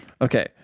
Okay